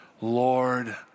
Lord